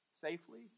Safely